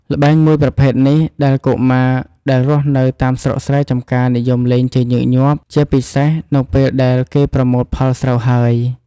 ល្បែងមួយប្រភេទនេះដែលកុមារដែលរស់នៅតាមស្រុកស្រែចំការនិយមលេងជាញឹកញាក់ជាពិសេសនៅពេលដែលគេប្រមូលផលស្រូវហើយ។